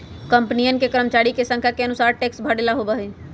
कंपनियन के कर्मचरिया के संख्या के अनुसार टैक्स भरे ला होबा हई